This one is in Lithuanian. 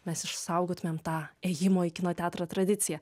mes išsaugotumėm tą ėjimo į kino teatrą tradiciją